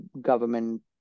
government